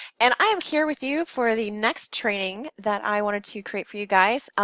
and i am here with you for the next training that i wanted to create for you guys,